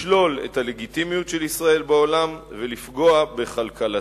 לשלול את הלגיטימיות של ישראל בעולם ולפגוע בכלכלתה.